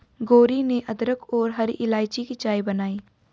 गौरी ने अदरक और हरी इलायची की चाय बनाई